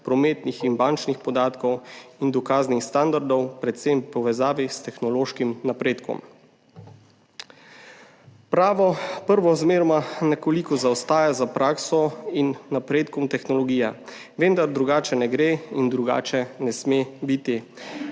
prometnih in bančnih podatkov in dokaznih standardov, predvsem v povezavi s tehnološkim napredkom. Pravo najprej zmeraj nekoliko zaostaja za prakso in napredkom tehnologije, vendar drugače ne gre in drugače ne sme biti.